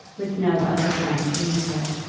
with no other friend to meet her.